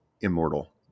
immortal